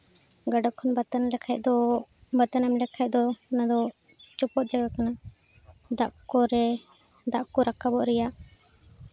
ᱜᱟᱰᱟ ᱠᱷᱚᱱ ᱵᱟᱛᱟᱱ ᱞᱮᱠᱷᱟᱱ ᱫᱚ ᱵᱟᱛᱟᱱ ᱮᱢ ᱞᱮᱠᱷᱟᱱ ᱫᱚ ᱚᱱᱟᱫᱚ ᱪᱚᱯᱚᱫ ᱡᱟᱭᱜᱟ ᱠᱟᱱᱟ ᱫᱟᱜ ᱠᱚᱨᱮ ᱫᱟᱜ ᱠᱚ ᱨᱟᱠᱟᱵᱚᱜ ᱨᱮᱭᱟᱜ